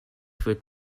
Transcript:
wird